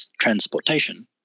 transportation